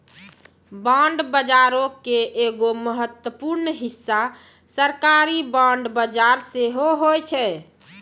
bond बजारो के एगो महत्वपूर्ण हिस्सा सरकारी बांड बजार सेहो होय छै